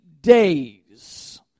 days